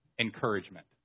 encouragement